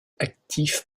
actif